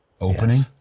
Opening